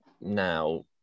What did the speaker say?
now